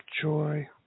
joy